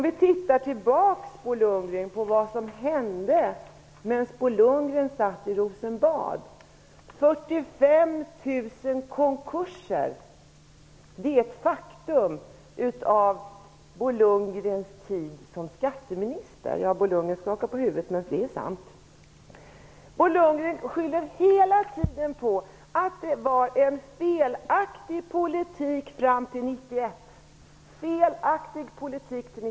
Vi kan se tillbaka på vad som hände när Bo Lundgren satt i Lundgrens tid som skatteminister. Det är ett faktum. Bo Lundgren skakar på huvudet, men det är sant. Bo Lundgren skyller hela tiden på att politiken fram till 1991 var felaktig.